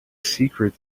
secret